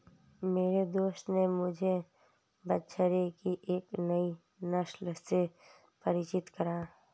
मेरे दोस्त ने मुझे बछड़े की एक नई नस्ल से परिचित कराया